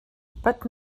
but